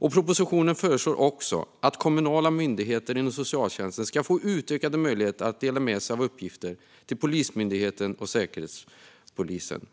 I propositionen föreslås "också att myndigheter inom socialtjänsten ska få utökade möjligheter att dela med sig av uppgifter till Polismyndigheten och Säkerhetspolisen.